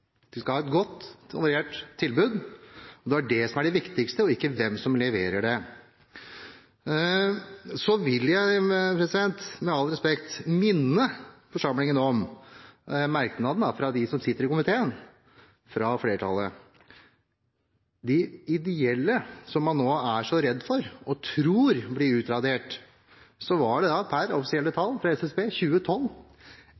de ideelle. Nei, det har jeg ikke sagt. Jeg sa i mitt innlegg at jeg var opptatt av mangfold i tjenesten – mangfoldet av hensyn til barna det gjaldt. En skal ha et godt og variert tilbud. Det er det som er det viktigste, ikke hvem som leverer det. Så vil jeg, med all respekt, minne forsamlingen om at merknadene er fra dem som sitter i komiteen, fra flertallet. De